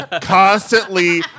constantly